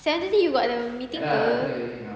seven thirty you got the meeting apa